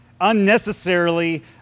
unnecessarily